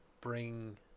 bring